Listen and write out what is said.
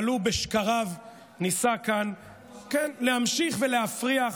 אבל הוא בשקריו ניסה כאן להמשיך להפריח